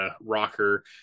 rocker